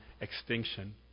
extinction